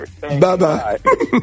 Bye-bye